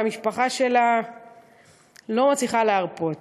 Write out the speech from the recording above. והמשפחה שלה לא מצליחה להרפות.